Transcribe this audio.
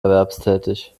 erwerbstätig